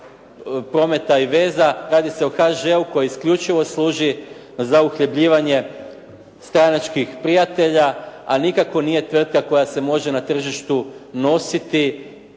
prometa i veza. Radi se o HŽ-u koji isključivo služi za uhljebljivanje stranačkih prijatelja a nikako nije tvrtka koja se može na tržištu nositi